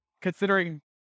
Considering